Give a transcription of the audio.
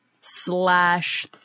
slash